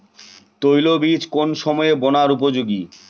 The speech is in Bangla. তৈলবীজ কোন সময়ে বোনার উপযোগী?